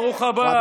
ברוך הבא.